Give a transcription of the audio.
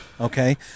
okay